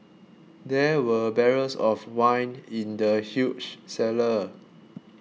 there were barrels of wine in the huge cellar